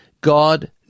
God